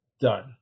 done